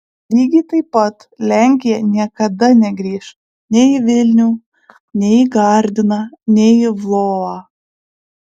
lygiai taip pat lenkija niekada negrįš nei į vilnių nei į gardiną nei į lvovą